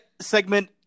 segment